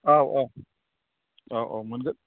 औ औ औ औ मोनगोन